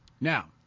Now